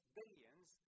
billions